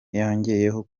yongeyeho